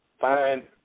fine